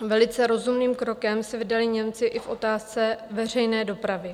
Velice rozumným krokem se vydali Němci i v otázce veřejné dopravy.